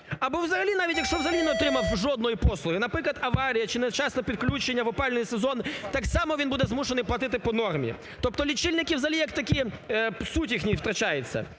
Або взагалі навіть якщо взагалі не отримав жодної послуги, наприклад, аварія чи невчасне підключення в опалювальний сезон, так само він буде змушений платити по нормі. Тобто лічильники взагалі як такі, суть їхній втрачається.